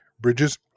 bridges